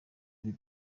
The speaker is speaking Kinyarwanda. ati